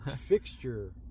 fixture